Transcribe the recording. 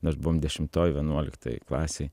nors buvom dešimtoj vienuoliktoj klasėj